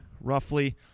Roughly